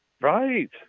Right